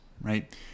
right